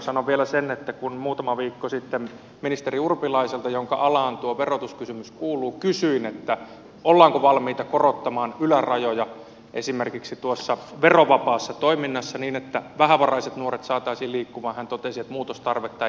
sanon vielä sen että kun muutama viikko sitten ministeri urpilaiselta jonka alaan tuo verotuskysymys kuuluu kysyin ollaanko valmiita korottamaan ylärajoja esimerkiksi tuossa verovapaassa toiminnassa niin että vähävaraiset nuoret saataisiin liikkumaan hän totesi että muutostarvetta ei ole